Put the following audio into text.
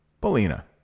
Polina